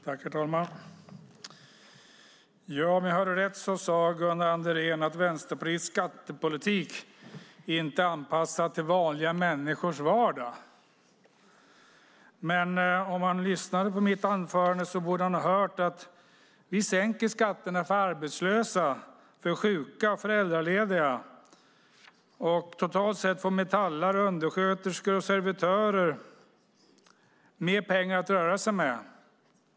Herr talman! Om jag hörde rätt sade Gunnar Andrén att Vänsterpartiets skattepolitik inte är anpassad till vanliga människors vardag. Men om han lyssnade på mitt anförande borde han ha hört att vi vill sänka skatterna för arbetslösa, sjuka och föräldralediga. Totalt sett får metallare, undersköterskor och servitörer mer pengar att röra sig med.